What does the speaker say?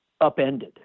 upended